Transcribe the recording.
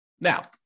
Now